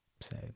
say